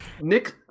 Nick